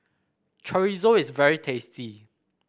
Chorizo is very tasty